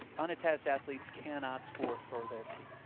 unattached athletes cannot score for their team.